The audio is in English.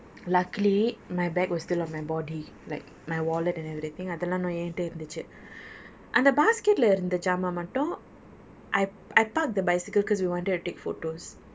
luckily my bag was still on my body like my wallet and everything அதுல்லாம் இன்னும் என்கிட்டை இருந்துச்சு அந்த: athulam innum enkittai irunthuchu antha basket லை இருந்த ஜாமா மட்டும்: lai iruntha jaama mattum I I park the bicycle because we wanted to take photos